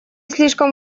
слишком